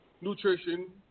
nutrition